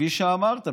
כפי שאמרת,